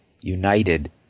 united